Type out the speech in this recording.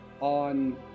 on